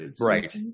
Right